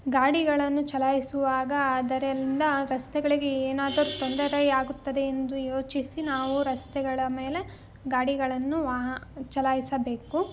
ಗಾಡಿಗಳನ್ನು ಚಲಾಯಿಸುವಾಗ ಅದರಿಂದ ರಸ್ತೆಗಳಿಗೆ ಏನಾದ್ರು ತೊಂದರೆಯಾಗುತ್ತದೆ ಎಂದು ಯೋಚಿಸಿ ನಾವು ರಸ್ತೆಗಳ ಮೇಲೆ ಗಾಡಿಗಳನ್ನು ವಾಹ ಚಲಾಯಿಸಬೇಕು